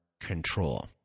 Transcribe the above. control